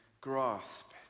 grasp